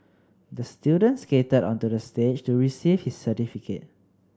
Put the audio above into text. the student skated onto the stage to receive his certificate